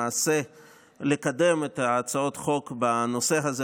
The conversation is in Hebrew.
היום למעשה לקדם את הצעות החוק בנושא הזה